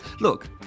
Look